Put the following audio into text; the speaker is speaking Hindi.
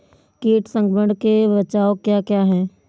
कीट संक्रमण के बचाव क्या क्या हैं?